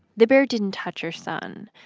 the bear didn't touch her son,